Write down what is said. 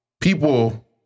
people